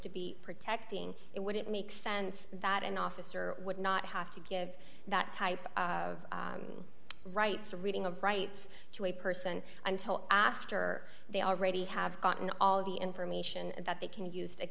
to be protecting it wouldn't make sense that an officer would not have to give that type of rights a reading of rights to a person until after they already have gotten all the information that they can use